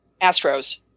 Astros